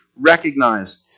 recognize